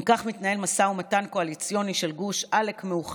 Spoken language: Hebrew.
אם כך מתנהל משא ומתן קואליציוני של גוש עלק-מאוחד,